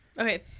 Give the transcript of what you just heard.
Okay